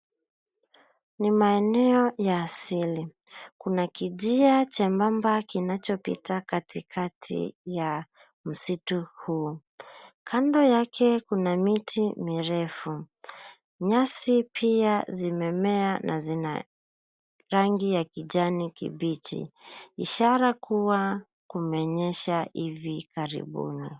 Ni maeneo ya asili. Kuna kijia chembamba kinachopita katikati ya msitu huu. Kando yake kuna miti mirefu. Nyasi pia zimemea na zina rangi ya kijani kibichi ishara kuwa kumenyesha hivi karibuni.